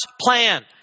plan